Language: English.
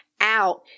out